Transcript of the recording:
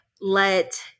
let